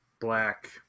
Black